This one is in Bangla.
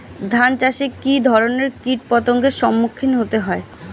ধান চাষে কী ধরনের কীট পতঙ্গের সম্মুখীন হতে হয়?